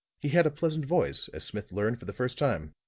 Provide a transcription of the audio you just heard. he had a pleasant voice, as smith learned for the first time.